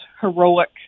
heroic